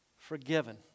forgiven